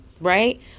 right